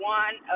one